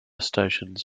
stations